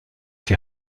die